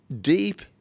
deep